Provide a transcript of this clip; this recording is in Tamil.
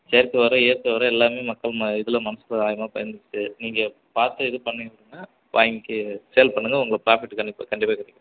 செயற்கை உரம் இயற்கை உரம் எல்லாம் மக்கள் இதில் மனசில் ஆழமாக பதிஞ்சுடுச்சி நீங்கள் பார்த்து இது பண்ணிக்கங்க வாங்கி சேல் பண்ணுங்கள் உங்களுக்கு ப்ராஃபிட் கண்டிப்பாக கண்டிப்பாக கிடைக்கும்